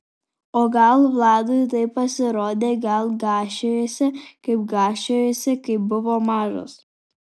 o gal vladui taip pasirodė gal gąsčiojasi kaip gąsčiojosi kai buvo mažas